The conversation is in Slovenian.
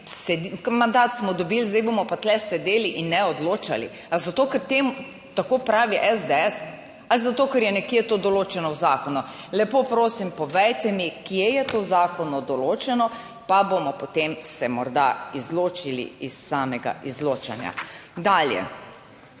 mandat smo dobili, zdaj bomo pa tu sedeli in ne odločali? Ali zato, ker temu tako pravi SDS ali zato, ker je nekje to določeno v zakonu? Lepo prosim povejte mi, kje je to v zakonu določeno, pa bomo potem se morda izločili iz samega izločanja. Dalje,